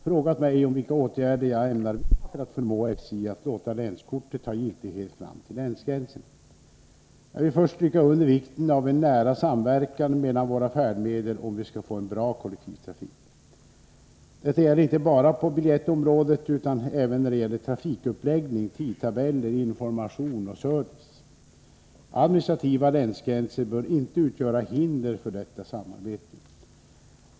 Fru talman! Börje Stensson har, med hänvisning till ett fall där man trots länskort i två angränsande län inte kan resa över länsgränsen med tåg, frågat mig om vilka åtgärder jag ämnar vidta för att förmå SJ att låta länskortet ha giltighet fram till länsgränserna. Jag vill först stryka under vikten av en nära samverkan mellan våra färdmedel, om vi skall få en bra kollektivtrafik. Detta gäller inte bara på biljettområdet utan även när det gäller trafikuppläggning, tidtabeller, information och service. Administrativa länsgränser bör inte utgöra hinder för detta samarbete.